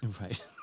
Right